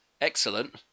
Excellent